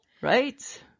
Right